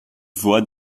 voit